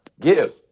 Give